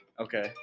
Okay